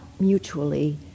mutually